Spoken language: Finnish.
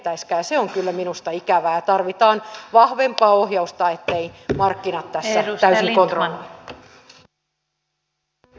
se on kyllä minusta ikävää ja tarvitaan vahvempaa ohjausta ettei markkinoita tässä täysin kontrolloida